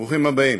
ברוכים הבאים.